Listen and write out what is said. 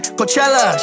Coachella